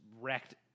wrecked